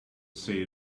say